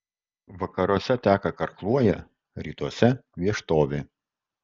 vakaruose teka karkluojė rytuose vieštovė